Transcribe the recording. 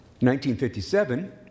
1957